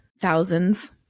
thousands